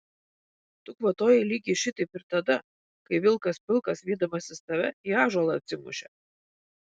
tu kvatojai lygiai šitaip ir tada kai vilkas pilkas vydamasis tave į ąžuolą atsimušė